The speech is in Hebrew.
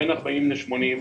בין 40 ל-80 קילומטר.